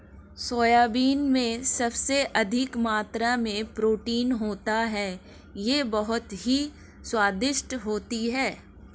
soybean में सबसे अधिक मात्रा में प्रोटीन होता है यह बहुत ही स्वादिष्ट होती हैं